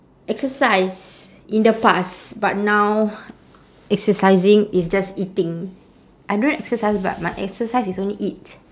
exercise in the past but now exercising is just eating I don't exercise but my exercise is only eat